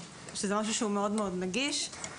שזה משהו שהוא מאוד-מאוד נגיש.